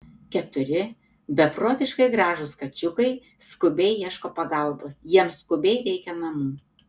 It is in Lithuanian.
keturi beprotiškai gražūs kačiukai skubiai ieško pagalbos jiems skubiai reikia namų